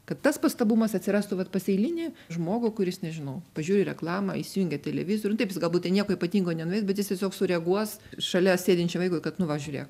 kad tas pastabumas atsirastų vat pas eilinį žmogų kuris nežinau pažiūri reklamą įsijungia televizorių nu taip jis galbūt nieko ypatingo nenuveiks bet tiesiog sureaguos šalia sėdinčiam vaikui kad nu važiurėk